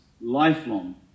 lifelong